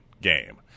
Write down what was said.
game